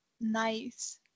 nice